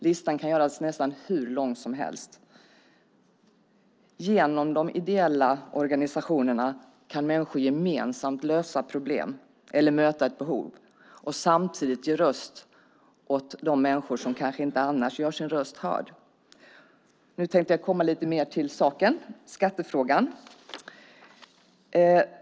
Listan kan göras nästan hur lång som helst. Genom de ideella organisationerna kan människor gemensamt lösa problem eller möta ett behov och samtidigt ge röst åt de människor som kanske inte annars gör sin röst hörd. Nu tänkte jag komma lite mer till saken, skattefrågan.